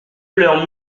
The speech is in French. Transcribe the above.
leur